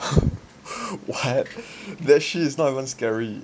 what that shit is not even scary